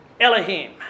Elohim